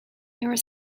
were